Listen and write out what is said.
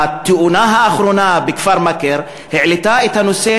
התאונה האחרונה בכפר מכר העלתה את הנושא